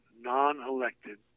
non-elected